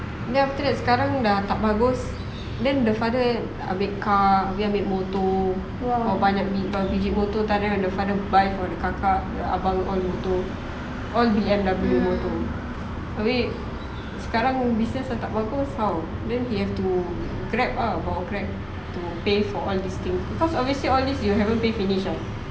then after that sekarang dah tak bagus then the father ambil car abeh ambil motor berapa banyak biji motor dia nak then the father buy for the kakak the abang pun all B_M_W motor abeh sekarang business dah tak bagus how then he have to grab ah bawa grab pay for all this thing because obviously all these you haven't pay finish [what]